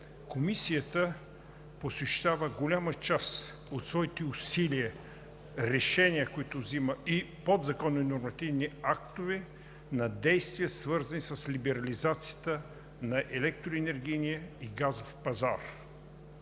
Комисията посвещава голяма част от своите усилия, решения, които взима, и подзаконови нормативни актове на действия, свързани с либерализацията на електроенергийния и газов пазар.